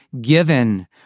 given